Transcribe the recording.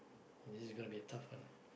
this is gonna be a tough one